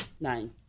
Nine